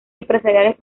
empresariales